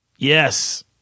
Yes